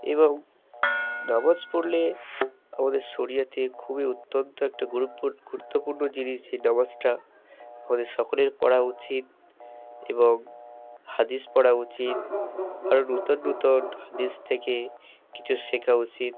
এবং নামাজ পড়লে আমাদের সরিয়তে খুবই অত্যন্ত একটা গুরুপূর গুরুত্বপূর্ণ জিনিস যে নামাজটা আমাদের সকলের পড়া উচিত এবং হাদিস পড়া উচিত কারণ নূতন নূতন হাদিস থেকে কিছু শেখা উচিত